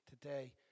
today